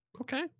Okay